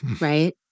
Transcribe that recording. right